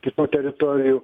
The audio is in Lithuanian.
kitų teritorijų